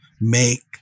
make